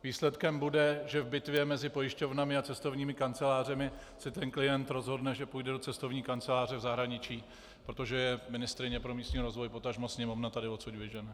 Výsledkem bude, že v bitvě mezi pojišťovnami a cestovními kancelářemi se ten klient rozhodne, že půjde do cestovní kanceláře v zahraničí, protože ministryně pro místní rozvoj, potažmo Sněmovna, je tady odtud vyžene.